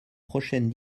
prochaine